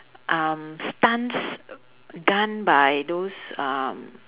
um stunts done by those um